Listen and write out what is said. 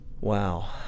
wow